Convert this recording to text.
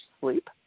sleep